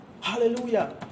hallelujah